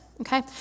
okay